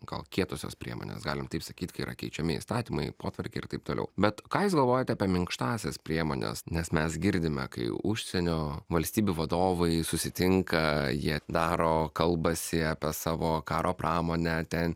gal kietosios priemonės galim taip sakyt kai yra keičiami įstatymai potvarkiai ir taip toliau bet ką jūs galvojate apie minkštąsias priemones nes mes girdime kai užsienio valstybių vadovai susitinka jie daro kalbasi apie savo karo pramonę ten